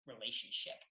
relationship